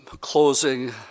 closing